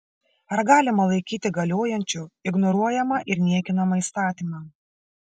ar galima laikyti galiojančiu ignoruojamą ir niekinamą įstatymą